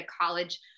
college